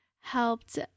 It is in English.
helped